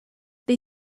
they